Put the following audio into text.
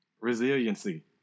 Resiliency